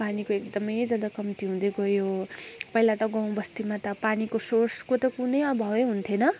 पानीको एकदमै ज्यादा कम्ती हुँदै गयो पहिला त गाउँ बस्तीमा त अब पानीको सोर्सको त कुनै अभावै हुन्थेन